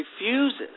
refuses